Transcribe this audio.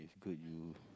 if girl you